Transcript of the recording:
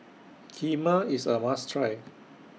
Kheema IS A must Try